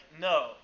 no